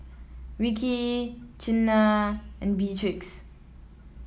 Rickey Chynna and Beatrix